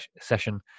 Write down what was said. session